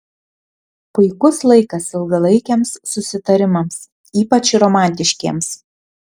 puikus laikas ilgalaikiams susitarimams ypač romantiškiems